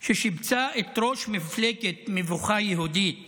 ששיבצה את ראש מפלגת מבוכה יהודית